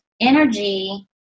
energy